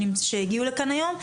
שהגיעו לכאן היום,